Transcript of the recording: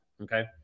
Okay